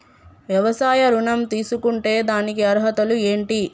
వ్యవసాయ ఋణం తీసుకుంటే దానికి అర్హతలు ఏంటి?